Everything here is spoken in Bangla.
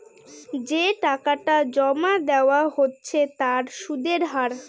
যে টাকাটা জমা দেওয়া হচ্ছে তার সুদের হার